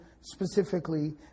specifically